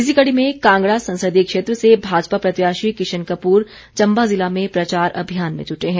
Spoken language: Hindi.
इसी कड़ी में कांगड़ा संसदीय क्षेत्र से भाजपा प्रत्याशी किशन कपूर चम्बा जिला में प्रचार अभियान में जुटे हैं